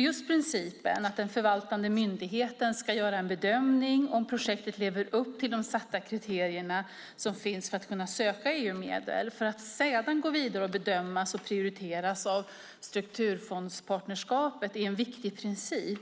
Just principen att den förvaltande myndigheten ska göra en bedömning av om projektet lever upp till de satta kriterierna som finns för att kunna söka EU-medel, för att sedan gå vidare och bedömas och prioriteras av strukturfondspartnerskapet är en viktig princip